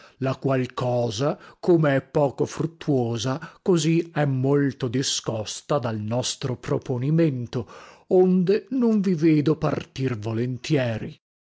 la qual cosa come è poco fruttuosa così è molto discosta dal nostro proponimento onde non vi vedo partir volentieri